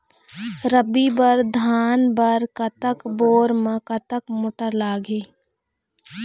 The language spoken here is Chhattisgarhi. रबी बर धान बर कतक बोर म कतक मोटर लागिही?